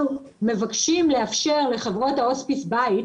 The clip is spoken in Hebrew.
אנחנו מבקשים לאפשר לחברות ההוספיס בית,